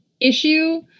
issue